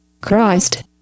Christ